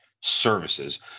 services